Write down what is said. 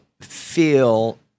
feel